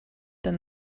than